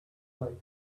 lake